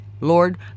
Lord